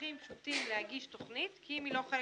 אזרחים פשוטים להגיש תכנית כי אם היא לא חלק